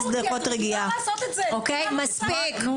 מספיק.